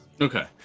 okay